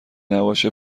نباشه